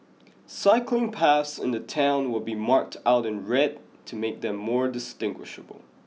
cycling paths in the town will be marked out in red to make them more distinguishable